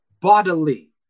bodily